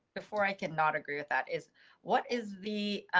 before i could not agree with that is what is the.